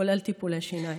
כולל טיפולי שיניים.